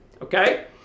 Okay